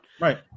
Right